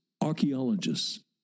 archaeologists